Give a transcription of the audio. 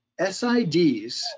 SIDs